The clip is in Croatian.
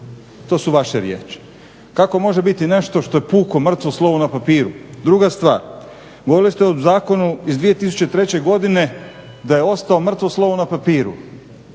to su vaše riječi. Kako može biti nešto što je puko mrtvo slovo na papiru? Druga stvar, govorili ste o zakonu iz 2003.godine da je ostalo mrtvo slovo na papiru.